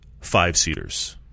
five-seaters